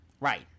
Right